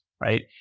Right